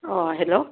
অঁ হেল্ল'